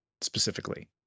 specifically